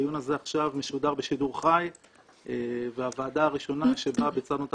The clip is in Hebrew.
הדיון הזה עכשיו משודר בשידור חי והוועדה הראשונה שבה ביצענו את